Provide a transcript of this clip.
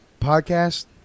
podcast